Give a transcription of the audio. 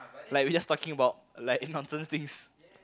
like we just talking about like on certain things